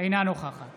אינה נוכחת